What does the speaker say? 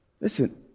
listen